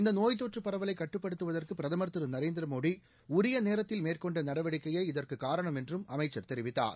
இந்த நோய் தொற்று பரவலை கட்டுப்படுத்துவதற்கு பிரதம் திரு நரேந்திரமோடி உரிய நேரத்தில் மேற்கொண்ட நடவடிக்கையே இதற்குக் காரணம் என்றும் அமைச்சர் தெரிவித்தார்